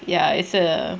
ya it's a